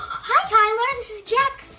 hi kyler. this is jack.